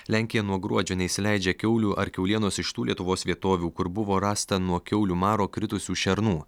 lenkija nuo gruodžio neįsileidžia kiaulių ar kiaulienos iš tų lietuvos vietovių kur buvo rasta nuo kiaulių maro kritusių šernų